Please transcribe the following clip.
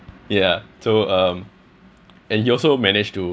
yeah so um and he also manage to